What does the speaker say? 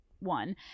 one